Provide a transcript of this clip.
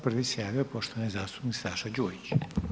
Prvi se javio poštovani zastupnik Saša Đujić.